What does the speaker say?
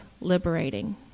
liberating